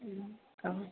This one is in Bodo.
औ